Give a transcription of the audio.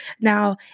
Now